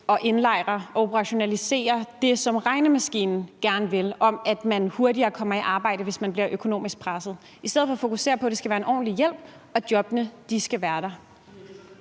at indlejre og operationalisere det, som regnemaskinen gerne vil, om, at man hurtigere kommer i arbejde, hvis man bliver økonomisk presset, i stedet for at fokusere på, at det skal være en ordentlig hjælp, og at jobbene skal være der?